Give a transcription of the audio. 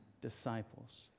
Disciples